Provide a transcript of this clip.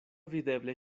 videble